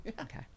Okay